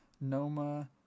Noma